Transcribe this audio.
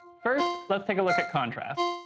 first, let's take a look at contrast.